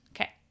Okay